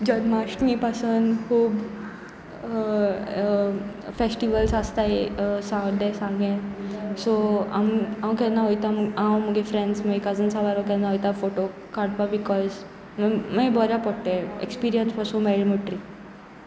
जन्माष्टमी पासून खूब फेस्टिवल्स आसताय सवर्डें सांगें सो आम हांव केन्ना वोयता हांव मुगे फ्रेंड्स मागीर कजिन्स वारो केन्ना वोयता फोटो काडपा बिकॉज मागीर बऱ्या पोटे एक्सपिरियंस पसून मेळ्ळें म्हुटी